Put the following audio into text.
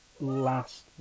last